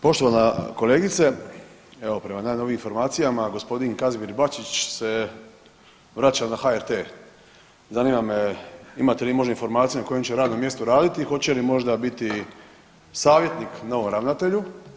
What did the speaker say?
Poštovana kolegice, evo prema najnovijim informacijama gospodin Kazimir Bačić se vraća na HRT, zanima me imate li možda informaciju na kojem će radnom mjestu raditi i hoće li možda biti savjetnik novom ravnatelju.